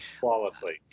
Flawlessly